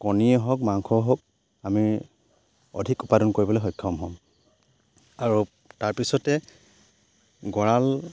কণীয়ে হওক মাংসই হওক আমি অধিক উৎপাদন কৰিবলৈ সক্ষম হ'ম আৰু তাৰপিছতে গঁৰাল